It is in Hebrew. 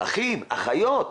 אחים ואחיות,